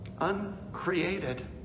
uncreated